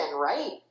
right